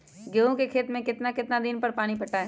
गेंहू के खेत मे कितना कितना दिन पर पानी पटाये?